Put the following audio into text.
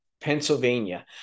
Pennsylvania